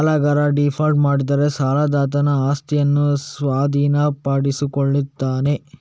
ಸಾಲಗಾರ ಡೀಫಾಲ್ಟ್ ಮಾಡಿದರೆ ಸಾಲದಾತನು ಆಸ್ತಿಯನ್ನು ಸ್ವಾಧೀನಪಡಿಸಿಕೊಳ್ಳುತ್ತಾನೆ